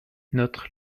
notre